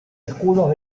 escudos